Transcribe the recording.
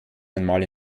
einmal